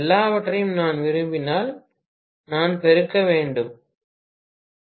எல்லாவற்றையும் நான் விரும்பினால் நான் பெருக்க வேண்டும் 100